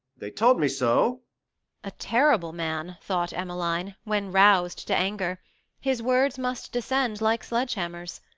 they told me so a terrible man, thought emmeline, when roused to anger his words must descend like sledge-hammers.